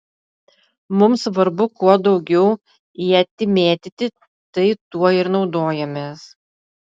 mums svarbu kuo daugiau ietį mėtyti tai tuo ir naudojamės